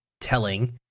telling